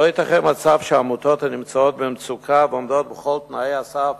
לא ייתכן מצב שעמותות הנמצאות במצוקה ועומדות בכל תנאי הסף